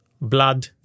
blood